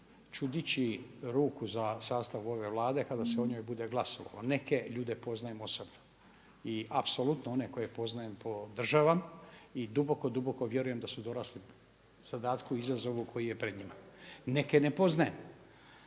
ću dići ruku za sastav ove Vlade kada se o njoj bude glasovalo. Neke ljude poznajem osobno i apsolutno one koje poznajem podržavam i duboko, duboko vjerujem da su dorasli zadatku i izazovu koji je pred njima. Neke ne poznajem.